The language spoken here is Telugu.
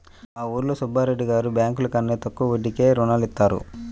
మా ఊరిలో సుబ్బిరెడ్డి గారు బ్యేంకుల కన్నా తక్కువ వడ్డీకే రుణాలనిత్తారు